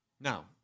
Now